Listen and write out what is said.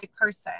person